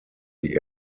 die